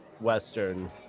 western